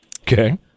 Okay